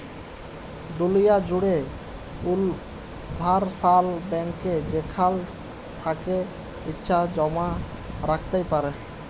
দুলিয়া জ্যুড়ে উলিভারসাল ব্যাংকে যেখাল থ্যাকে ইছা জমা রাইখতে পারো